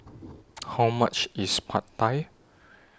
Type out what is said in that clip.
How much IS Pad Thai